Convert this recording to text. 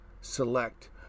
select